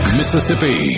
Mississippi